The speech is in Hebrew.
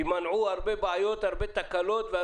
יימנעו הרבה בעיות והרבה תקלות.